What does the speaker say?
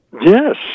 Yes